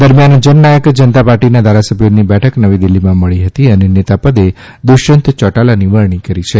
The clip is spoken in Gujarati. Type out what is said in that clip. દરમિયાન જનનાયક જનતા પાર્ટીના ધારાસભ્યોની બેઠક નવી દિલ્ફીમાં મળી હતી અને નેતા પદે દુષ્યંત ચૌટાલાની વરણી કરી છે